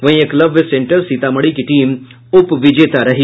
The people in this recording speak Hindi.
वहीं एकलव्य सेंटर सीतामढ़ी की टीम उपविजेता रही